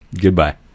Goodbye